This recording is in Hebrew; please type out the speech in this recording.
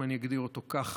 אם אני אגדיר אותו כך,